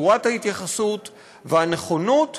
צורת ההתייחסות והנכונות